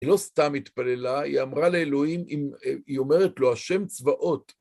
היא לא סתם התפללה, היא אמרה לאלוהים, היא אומרת לו, השם צבאות.